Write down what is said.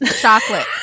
Chocolate